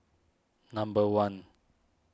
number one